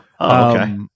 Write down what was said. Okay